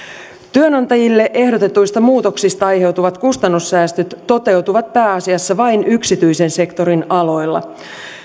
työnantajille ehdotetuista muutoksista aiheutuvat kustannussäästöt toteutuvat pääasiassa vain yksityisen sektorin aloilla